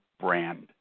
brand